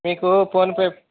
మీకు ఫోన్పే